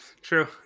True